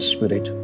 Spirit